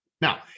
Now